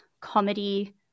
comedy